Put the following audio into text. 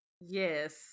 yes